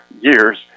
years